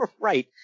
Right